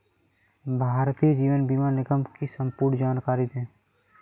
भारतीय जीवन बीमा निगम की संपूर्ण जानकारी दें?